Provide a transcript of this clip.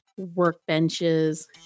workbenches